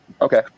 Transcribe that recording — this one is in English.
okay